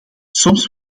soms